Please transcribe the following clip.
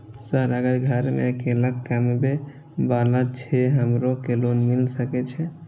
Sir अगर घर में अकेला कमबे वाला छे हमरो के लोन मिल सके छे?